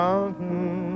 Mountain